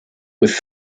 with